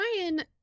Ryan